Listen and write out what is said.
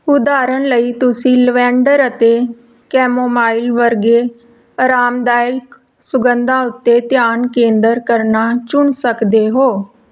ਉਦਾਹਰਨ ਲਈ ਤੁਸੀਂ ਲਵੈਂਡਰ ਅਤੇ ਕੈਮੋਮਾਈਲ ਵਰਗੇ ਆਰਾਮਦਾਇਕ ਸੁਗੰਧਾਂ ਉੱਤੇ ਧਿਆਨ ਕੇਂਦਰ ਕਰਨਾ ਚੁਣ ਸਕਦੇ ਹੋ